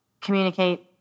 communicate